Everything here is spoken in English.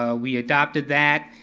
ah we adopted that.